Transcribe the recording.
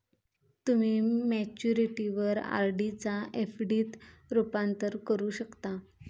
तुम्ही मॅच्युरिटीवर आर.डी चा एफ.डी त रूपांतर करू शकता